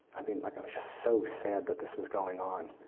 i mean like ah so sad that this was going on.